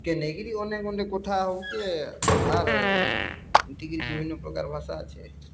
କେ ନେଇକିରି ଅନେକ୍ ଅନେକ୍ କଥା ହଉଚେ ଆର୍ ଏନ୍ତିକିରି ବିଭିନ୍ନପ୍ରକାର୍ ଭାଷା ଅଛେ